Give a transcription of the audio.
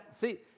See